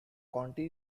county